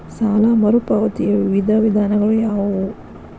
ಸಾಲ ಮರುಪಾವತಿಯ ವಿವಿಧ ವಿಧಾನಗಳು ಯಾವುವು?